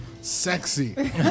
sexy